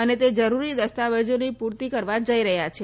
અને તે જરૂરી દસ્તાવેજોની પૂર્તિ કરવા જઈ રહ્યા છે